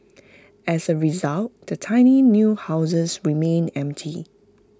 as A result the tiny new houses remained empty